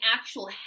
actual